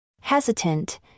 Hesitant